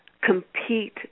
compete